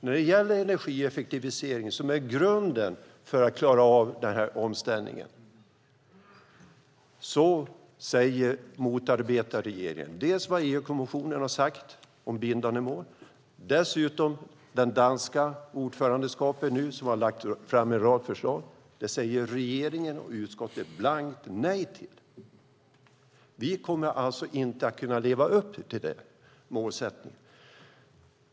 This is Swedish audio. När det gäller energieffektiviseringen som är grunden för att klara av omställningen motarbetar regeringen dels vad EU-kommissionen har sagt om bindande mål, dels det danska ordförandeskapet som nu har lagt fram en rad förslag. Detta säger regeringen och utskottet blankt nej till. Vi kommer alltså inte att kunna leva upp till målsättningen.